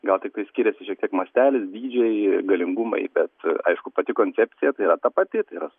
gal tiktai skiriasi tik mastelis dydžiai galingumai bet aišku pati koncepcija tai yra ta pati tai yra